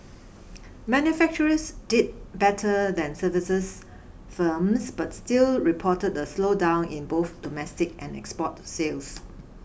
manufacturers did better than services firms but still reported the slowdown in both domestic and export sales